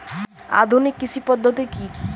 আধুনিক কৃষি পদ্ধতি কী?